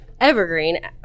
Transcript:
Evergreen